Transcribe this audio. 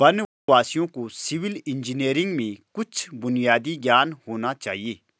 वनवासियों को civil engineering में कुछ बुनियादी ज्ञान होना चाहिए